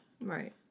right